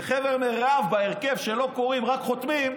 וחבר מרעיו בהרכב, שלא קוראים, רק חותמים,